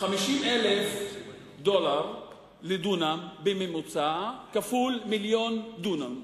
50,000 דולר לדונם בממוצע כפול מיליון דונם.